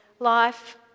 life